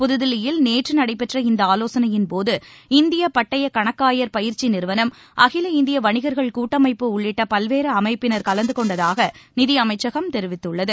புதுதில்லியில் நேற்று நடைபெற்ற இந்த ஆலோசனையின் போது இந்திய பட்டயக் கணக்காயர் பயிற்சி நிறுவனம் அகில இந்திய வணிகர்கள் கூட்டமைப்பு உள்ளிட்ட பல்வேறு அமைப்பினர் கலந்து கொண்டதாக நிதியமைச்சகம் தெரிவித்துள்ளது